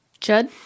Judd